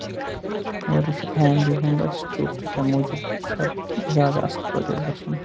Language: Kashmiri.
اور یہِ چھُ فیملی ہُند اَسہِ ٹرپ تَمہِ موٗجوٗب چھُ اتھ زیادٕ اَصٕل پٲٹھۍ اَسہِ گژھُن